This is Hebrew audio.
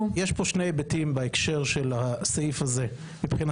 יש פה שני היבטים בהקשר של הסעיף הזה מבחינתנו.